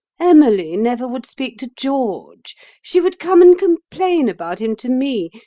emily never would speak to george she would come and complain about him to me,